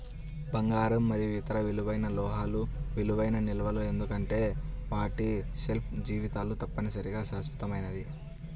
బంగారం మరియు ఇతర విలువైన లోహాలు విలువైన నిల్వలు ఎందుకంటే వాటి షెల్ఫ్ జీవితాలు తప్పనిసరిగా శాశ్వతమైనవి